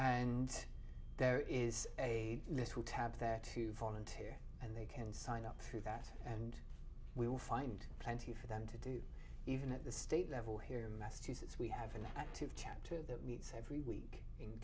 and there is a little tab that to volunteer and they can sign up through that and we will find plenty for them to do even at the state level here in massachusetts we have an active chapter that meets every week